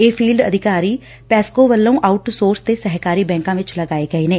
ਇਹ ਫੀਲਡ ਅਧਿਕਾਰੀ ਪੈਸਕੋ ਵੱਲੋ ਆਉਟਸੋਰਿਸ ਤੇ ਸਹਿਕਾਰੀ ਬੈਂਕਾਂ ਵਿੱਚ ਲਗਾਏ ਗਏ ਨੇ